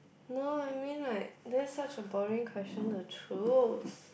no I mean like that's such a boring question to choose